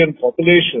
population